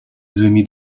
złymi